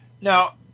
Now